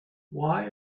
why